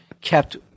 kept